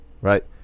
Right